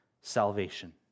salvation